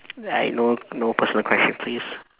uh no no personal question please